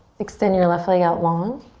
extend your left leg out long.